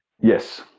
yes